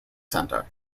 centre